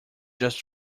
just